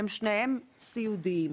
ושניהם סיעודיים.